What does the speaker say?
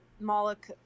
Moloch